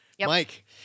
Mike